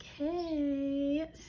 Okay